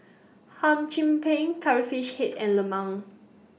Hum Chim Peng Curry Fish Head and Lemang